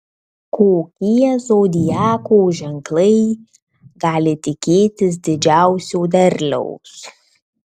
kokie zodiako ženklai gali tikėtis didžiausio derliaus